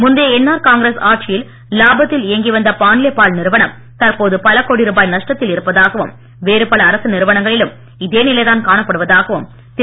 முந்தைய என்ஆர் காங்கிரஸ் ஆட்சியில் இலாபத்தில் இயங்கி வந்த பாண்லே பால் நிறுவனம் தற்போது பலகோடி ரூபாய் நஷ்டத்தில் இருப்பதாகவும் வேறுபல அரசு நிறுவனங்களிலும் இதே நிலைதான் காணப்படுவதாகவும் திரு